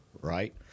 right